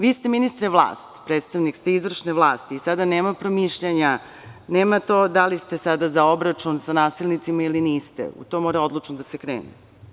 Vi ste, ministre, vlast, predstavnik ste izvršne vlasti i sada nema promišljanja da li ste sada za obračun sa nasilnicima ili niste, već u to mora odlučno da se krene.